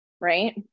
right